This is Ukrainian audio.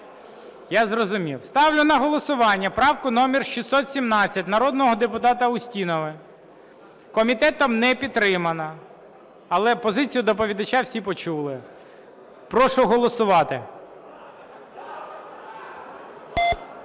Я зрозумів. Ставлю на голосування правку номер 617 народного депутата Устінової. Комітетом не підтримана, але позицію доповідача всі почули. Прошу голосувати.